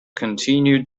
continued